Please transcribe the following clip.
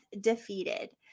defeated